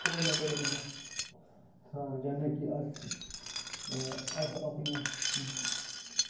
और में थोआड़े कन्नै सनाना चाह्नां की अस अस अपने